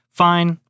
fine